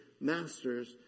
master's